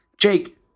Jake